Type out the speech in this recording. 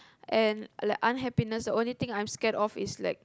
and like unhappiness the only thing I'm scared of is like